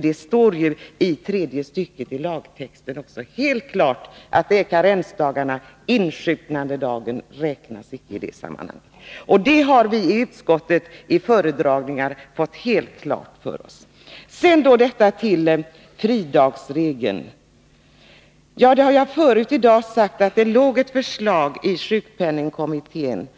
Det står ju också i tredje stycket i lagtexten helt klart att det gäller karensdagarna, insjuknandedagen räknas icke i det sammanhanget. Det här har vi i utskottet genom föredragningar fått helt klart för oss. Sedan till detta med fridagsregeln. Jag har förut i dag sagt att det förelåg ett förslag i sjukpenningkommittén.